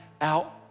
out